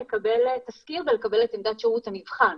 לקבל תזכיר ולקבל את עמדת שירות המבחן.